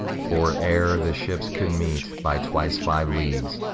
for, ere the ships could meet by twice five leagues,